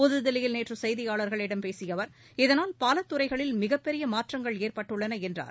புதுதில்லியில் நேற்று செய்தியாளர்களிடம் பேசிய அவர் இதனால் பல துறைகளில் மிகப் பெரிய மாற்றங்கள் ஏற்பட்டுள்ளன என்றார்